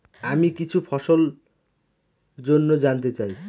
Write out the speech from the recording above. আমি কিছু ফসল জন্য জানতে চাই